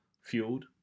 fueled